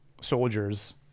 soldiers